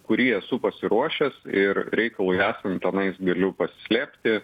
kurį esu pasiruošęs ir reikalui esant tenais galiu pasislėpti